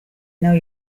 know